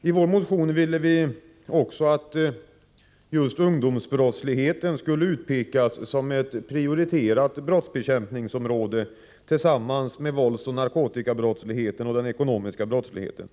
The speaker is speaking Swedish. I vår motion föreslår vi också att just ungdomsbrottsligheten skall utpekas som ett prioriterat brottsbekämpningsområde tillsammans med våldsoch narkotikabrottsligheten och den ekonomiska brottsligheten.